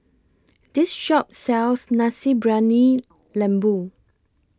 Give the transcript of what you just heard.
This Shop sells Nasi Briyani Lembu